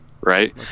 right